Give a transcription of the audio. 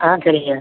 ஆ சரிங்க